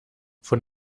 von